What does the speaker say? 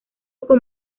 con